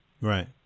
Right